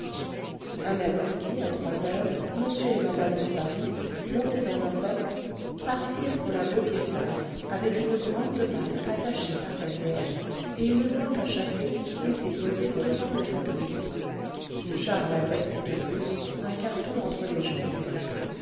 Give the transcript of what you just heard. un mercredi à trois heures m et madame bovary montés dans leur boc partirent pour la vaubyessard avec une grande malle attachée par derrière et une boîte à chapeau qui était posée devant le tablier charles avait de plus un carton entre les jambes